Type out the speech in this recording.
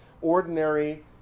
ordinary